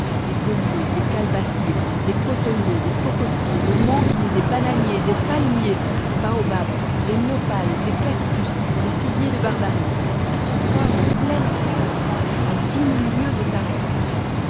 des gommiers des calebassiers des cotonniers des cocotiers des manguiers des bananiers des page palmiers un baobab des nopals des cactus des figuiers de barbarie à se croire en pleine afrique centrale à dix mille lieues de tarascon